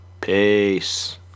Peace